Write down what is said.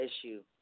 issue